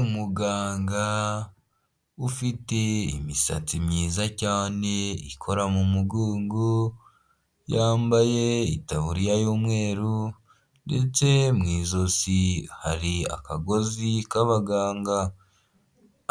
Umuganga ufite imisatsi myiza cyane ikora mu mugongo yambaye itaburiya y'umweru ndetse mu ijosi hari akagozi k'abaganga,